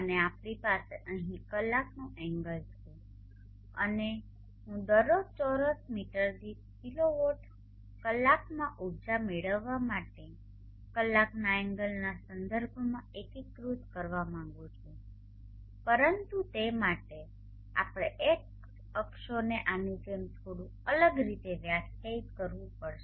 અને આપણી પાસે અહીં કલાકનો એંગલ છે અને હું દરરોજ ચોરસ મીટર દીઠ કિલોવોટ કલાકમાં ઊર્જા મેળવવા માટે કલાકના એંગલના સંદર્ભમાં એકીકૃત કરવા માંગુ છું પરંતુ તે માટે આપણે x અક્ષોને આની જેમ થોડું અલગ રીતે વ્યાખ્યાયિત કરવું પડશે